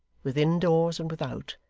within doors and without,